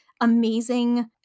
amazing